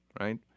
right